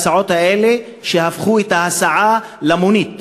יש נהגים בהסעות האלה שהפכו את ההסעה למונית